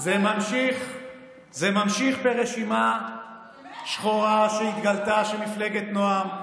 זה ממשיך ברשימה שחורה שהתגלתה של מפלגת נועם,